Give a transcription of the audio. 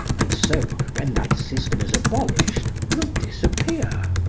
and so, when that system is abolished, will disappear.